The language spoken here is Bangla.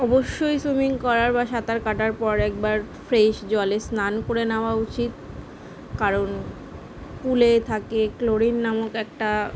অবশ্যই সুইমিং করার পর বা সাঁতার কাটার পর একবার ফ্রেশ জলে স্নান করে নেওয়া উচিত কারণ পুলে থাকে ক্লোরিন নামক একটা